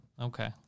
Okay